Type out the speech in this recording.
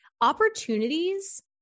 opportunities